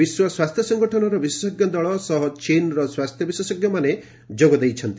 ବିଶ୍ୱ ସ୍ୱାସ୍ଥ୍ୟ ସଙ୍ଗଠନର ବିଶେଷଜ୍ଞ ଦଳ ସହ ଚୀନ୍ର ସ୍ୱାସ୍ଥ୍ୟ ବିଶେଷଜ୍ଞମାନେ ଯୋଗ ଦେଇଛନ୍ତି